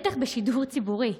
בטח בשידור ציבורי,